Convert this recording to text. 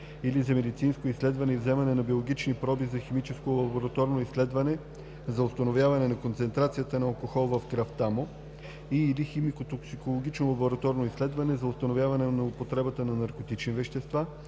или за медицинско изследване и вземане на биологични проби за химическо лабораторно изследване за установяване на концентрацията на алкохол в кръвта му и/или химико-токсикологично лабораторно изследване за установяване на употребата на наркотични вещества